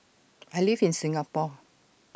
I live in Singapore